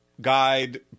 guide